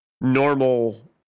normal